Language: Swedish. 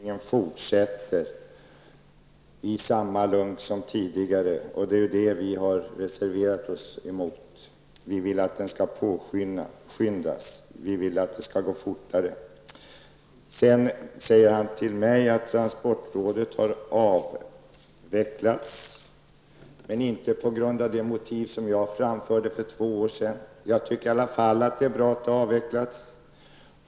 Herr talman! Jarl Lander sade att handikappanpassningen fortsätter i samma lunk som tidigare. Men det är just det som vi har reserverat oss emot. Vi vill att handikappanpassningen skall påskyndas. Jarl Lander säger att transportrådet har avvecklats -- men inte på grund av de motiv som jag anförde för två år sedan. Jag tycker i alla fall att det är bra att transportrådet har avvecklats.